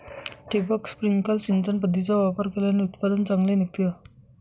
ठिबक, स्प्रिंकल सिंचन पद्धतीचा वापर केल्याने उत्पादन चांगले निघते का?